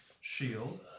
shield